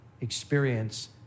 experience